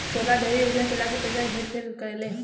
सरकार ढेरे योजना चला के पइसा हेर फेर करेले